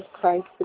Christ